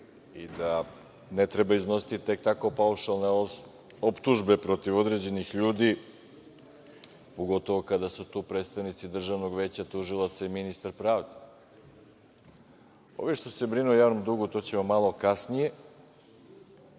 i da ne treba iznositi tek tako paušalne optužbe protiv određenih ljudi, pogotovo kada su tu predstavnici Državnog veća tužilaca i ministar pravde. Ovi što se brinu o javnom dugu, to ćemo malo kasnije.